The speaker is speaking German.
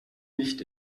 nicht